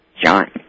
John